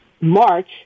March